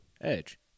Edge